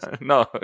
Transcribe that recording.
No